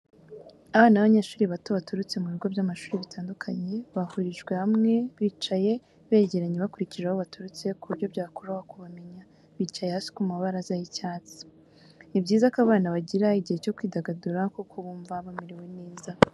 Abana b'abanyeshuri bato baturutse mu bigo by'amashuri bitandukanye, bahurijwe ahantu hamwe bicaye begeranye bakurikije aho baturutse ku buryo byakoroha kubamenya, bicaye hasi ku mabaraza y'icyatsi. Ni byiza ko abana bagira igihe cyo kwidagadura kuko bumva bamerewe neza.